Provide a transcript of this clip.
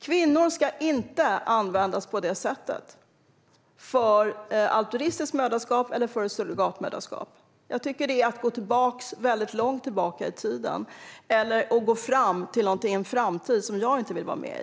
Kvinnor ska inte användas på detta sätt vare sig för altruistiskt moderskap eller för surrogatmoderskap. Det vore att gå långt tillbaka i tiden eller att gå fram till något i en framtid som jag inte vill vara med i.